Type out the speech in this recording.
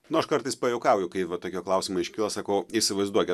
nu aš kartais pajuokauju kai va tokie klausimai iškyla sakau įsivaizduoki